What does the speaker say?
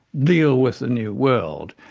deal with a new world.